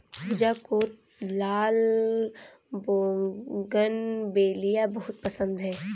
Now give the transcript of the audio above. पूजा को लाल बोगनवेलिया बहुत पसंद है